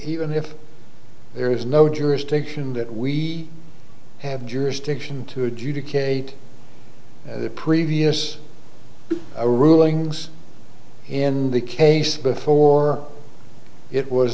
even if there is no jurisdiction that we have jurisdiction to adjudicate previous rulings in the case before it was